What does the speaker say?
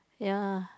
ya